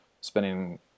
spending